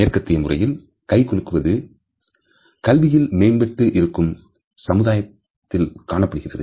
மேற்கத்திய முறையில் கைகுலுக்குவது கல்வியில் மேம்பட்டு இருக்கும் சமூகத்தில் காணப்படுகிறது